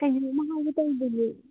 ꯀꯔꯤꯅꯣꯝꯃ ꯍꯥꯏꯒꯦ ꯇꯧꯕꯅꯦ